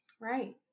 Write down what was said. Right